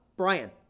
Brian